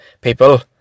people